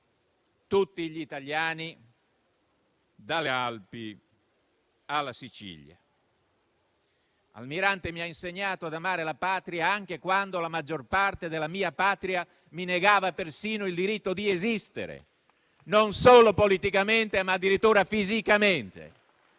tutti gli italiani, dalle Alpi alla Sicilia. Almirante mi ha insegnato ad amare la patria anche quando la maggior parte della mia patria mi negava persino il diritto di esistere, non solo politicamente, ma addirittura fisicamente.